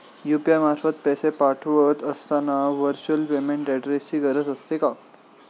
UPI मार्फत पैसे पाठवत असताना व्हर्च्युअल पेमेंट ऍड्रेसची गरज असते का?